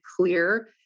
clear